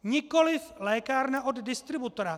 Nikoliv lékárna od distributora.